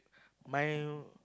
my